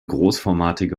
großformatige